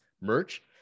merch